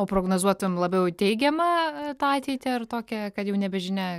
o prognozuotum labiau į teigiamą ateitį ar tokią kad jau nebežinia